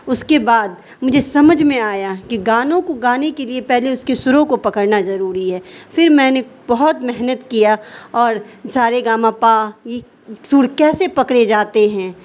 اس کے بعد مجھے سمجھ میں آیا کہ گانوں کو گانے کے لیے پہلے اس کے سُروں کو پکڑنا ضروری ہے پھر میں نے بہت محنت کیا اور سا رے گا ما پا یہ سُر کیسے پکڑے جاتے ہیں